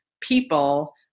people